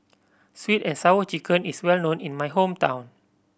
Sweet And Sour Chicken is well known in my hometown